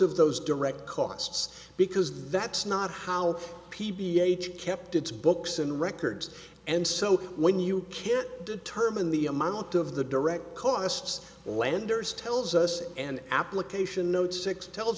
of those direct costs because that's not how p p h kept its books and records and so when you can't determine the amount of the direct costs landers tells us and application notes six tells